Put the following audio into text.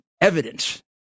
evidence